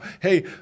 Hey